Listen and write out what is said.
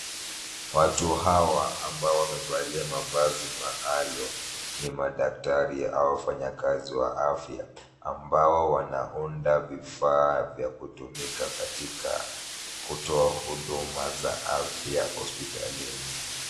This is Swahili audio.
Watu hawa ambao wamevalia mavazi maalumu ni madaktari au wafanyakazi wa afya ambao wanaunda vifaa vya kutumika katika kutoa huduma za afya hospitalini.